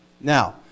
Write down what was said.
Now